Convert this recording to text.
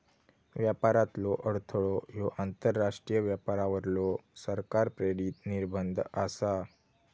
व्यापारातलो अडथळो ह्यो आंतरराष्ट्रीय व्यापारावरलो सरकार प्रेरित निर्बंध आसा